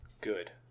Good